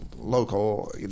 local